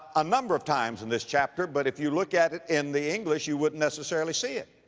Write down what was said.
a number of times in this chapter, but if you look at it in the english you wouldn't necessarily see it.